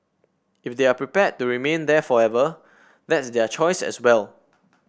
if they are prepared to remain there forever that's their choice as well